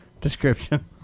Description